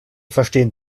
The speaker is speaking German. verstehen